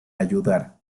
ayudara